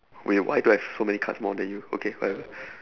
wait why do I have so many more cards than you okay whatever